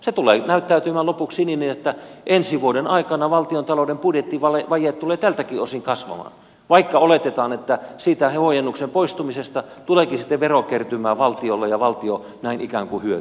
se tulee näyttäytymään lopuksi niin että ensi vuoden aikana valtiontalouden budjettivaje tulee tältäkin osin kasvamaan vaikka oletetaan että siitä huojennuksen poistumisesta tuleekin sitten verokertymää valtiolle ja valtio näin ikään kuin hyötyy